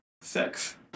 sex